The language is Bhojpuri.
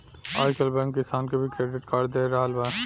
आजकल बैंक किसान के भी क्रेडिट कार्ड दे रहल बा